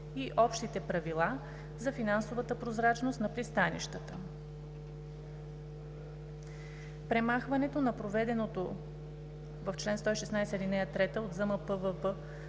и общите правила за финансовата прозрачност на пристанищата. Премахването на проведеното в чл. 116, ал. 3 от